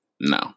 No